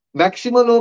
maximum